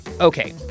Okay